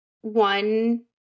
one